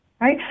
right